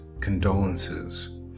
condolences